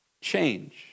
change